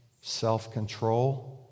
self-control